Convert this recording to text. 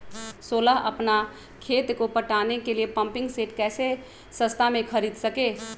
सोलह अपना खेत को पटाने के लिए पम्पिंग सेट कैसे सस्ता मे खरीद सके?